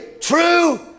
true